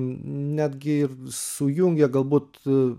netgi ir sujungia galbūt